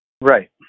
Right